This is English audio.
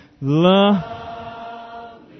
Love